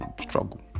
struggle